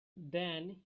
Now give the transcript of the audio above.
then